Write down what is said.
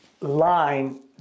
line